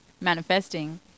manifesting